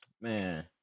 Man